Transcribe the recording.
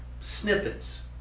Snippets